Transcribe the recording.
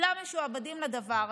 כולם משועבדים לדבר הזה.